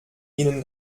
ihnen